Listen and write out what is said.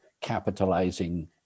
capitalizing